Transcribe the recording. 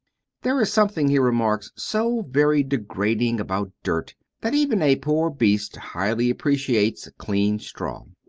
there is something, he remarks, so very degrading about dirt, that even a poor beast highly appreciates clean straw.